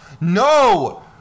No